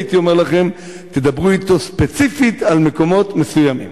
הייתי אומר לכם: תדברו אתו ספציפית על מקומות מסוימים.